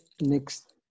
next